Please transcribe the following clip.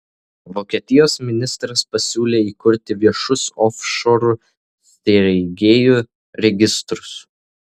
vokietijos ministras pasiūlė įkurti viešus ofšorų steigėjų registrus